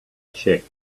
checked